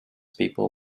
people